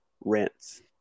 rents